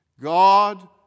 God